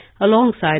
alongside